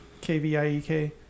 K-V-I-E-K